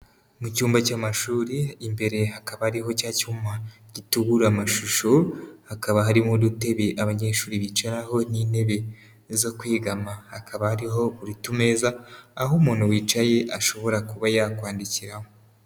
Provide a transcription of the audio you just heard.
Mu cyumba cy'amashuri, imbere hakaba hariho cya cyuma gitubura amashusho, hakaba harimo utebe abanyeshuri bicaraho n'intebe zo kwegama, hakaba hariho utumeza aho umuntu wicaye ashobora kuba yakwandikiraho.